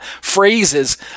phrases